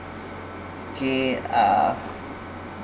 okay uh